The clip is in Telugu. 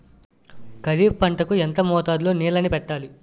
ఖరిఫ్ పంట కు ఎంత మోతాదులో నీళ్ళని పెట్టాలి?